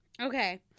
Okay